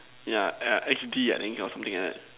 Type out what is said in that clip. yeah uh X D I think or something like that